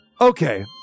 Okay